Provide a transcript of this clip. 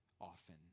often